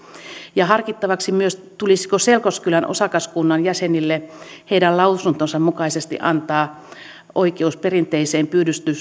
ja harkittavaksi myös tulisiko selkoskylän osakaskunnan jäsenille heidän lausuntonsa mukaisesti antaa oikeus perinteiseen